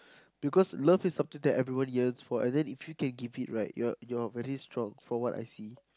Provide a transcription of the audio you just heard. because love is something that everyone yearns for and then if you can give it right you're you are very strong from what I see